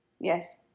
Yes